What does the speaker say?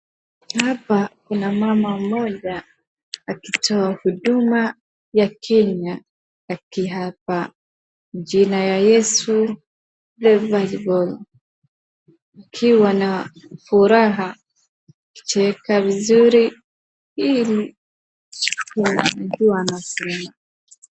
Hapa kuna mama mmoja akitoa huduma ya Kenya aki apa jina ya Yesu The bible . Akiwa na furaha kucheka vizuri ili alijue anasema.